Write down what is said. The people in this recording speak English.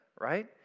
right